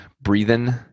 breathing